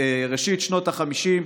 בראשית שנות החמישים,